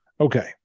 Okay